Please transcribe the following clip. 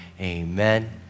amen